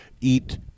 eat